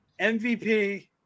MVP